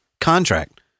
contract